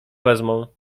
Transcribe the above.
wezmą